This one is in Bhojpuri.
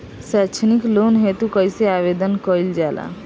सैक्षणिक लोन हेतु कइसे आवेदन कइल जाला?